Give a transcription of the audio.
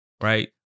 right